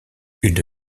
une